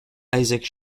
isaac